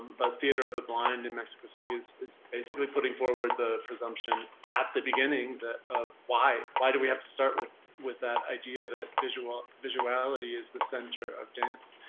um but theatre of the blind in mexico city is is basically putting forward the presumption at the beginning of why why do we have to start with with that idea that visuality visuality is the centre of dance?